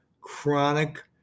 chronic